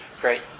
Great